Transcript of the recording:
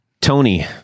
Tony